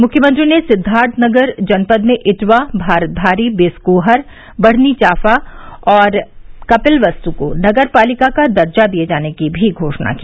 मुख्यमंत्री ने सिद्वार्थनगर जनपद में इटवा भारतभारी बिस्कोहर बढ़नीचाफा और कपिलवस्तु को नगर पालिका का दर्जा दिये जाने की भी घोषणा की